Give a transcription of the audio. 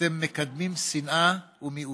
אתם מקדמים שנאה ומיאוס.